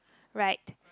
right